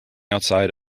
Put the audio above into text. outside